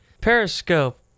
Periscope